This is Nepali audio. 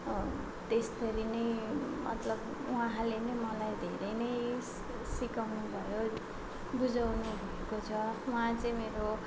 त्यस्तरी नै मतलब उहाँले नै मलाई धेरै नै सि सिकाउनु भयो बुझाउनु भएको छ उहाँ चाहिँ मेरो